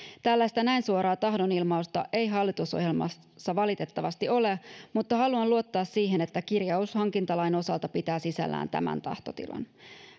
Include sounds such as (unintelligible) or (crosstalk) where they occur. tällaista näin suoraa tahdonilmausta ei hallitusohjelmassa valitettavasti ole (unintelligible) (unintelligible) mutta haluan luottaa siihen että kirjaus hankintalain osalta pitää sisällään tämän tahtotilan